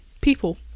people